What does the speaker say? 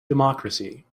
democracy